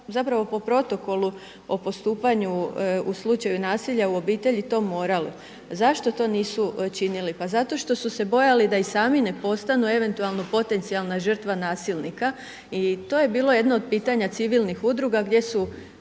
zapravo po protokolu o postupanju u slučaju nasilja u obitelji to moralo. Zašto to nisu činili? Pa zato što su se bojali da i sami ne postanu eventualno potencijalna žrtva nasilnika i to je bilo jedno od pitanja civilnih udruga gdje su